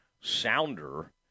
sounder